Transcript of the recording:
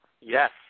Yes